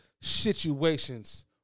situations